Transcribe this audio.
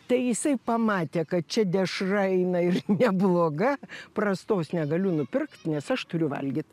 tai jisai pamatė kad čia dešra eina ir nebloga prastos negaliu nupirkt nes aš turiu valgyt